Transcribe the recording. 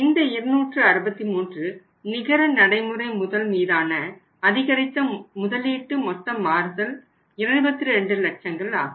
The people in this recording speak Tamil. இந்த 263 நிகர நடைமுறை முதல் மீதான அதிகரித்த முதலீட்டு மொத்த மாறுதல் 22 லட்சங்கள் ஆகும்